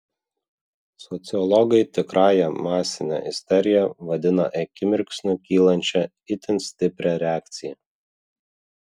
sociologai tikrąja masine isterija vadina akimirksniu kylančią itin stiprią reakciją